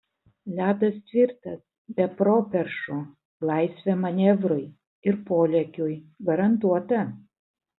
ledas tvirtas be properšų laisvė manevrui ir polėkiui garantuota